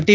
T